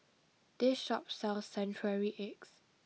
this shop sells century eggs